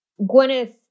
Gwyneth